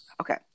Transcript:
okay